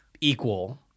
equal